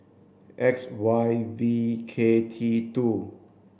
X Y V K T two